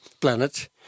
planet